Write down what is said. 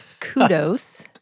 Kudos